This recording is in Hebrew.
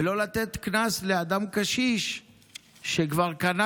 ולא לתת קנס לאדם קשיש שכבר קנה